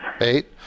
Eight